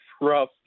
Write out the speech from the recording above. Rough